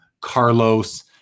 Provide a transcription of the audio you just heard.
Carlos